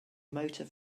motor